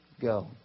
go